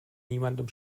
niemandem